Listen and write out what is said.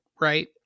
right